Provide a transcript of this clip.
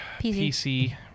PC